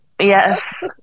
Yes